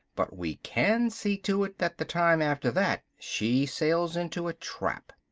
but we can see to it that the time after that she sails into a trap.